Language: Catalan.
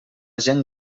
gent